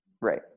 Right